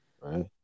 Right